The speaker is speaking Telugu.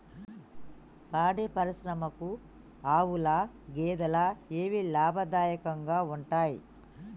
పాడి పరిశ్రమకు ఆవుల, గేదెల ఏవి లాభదాయకంగా ఉంటయ్?